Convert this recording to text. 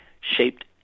shaped